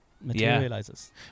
materializes